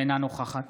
אינה נוכחת